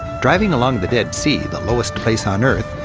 driving along the dead sea, the lowest place on earth,